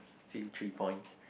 few three points